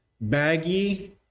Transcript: baggy